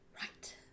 right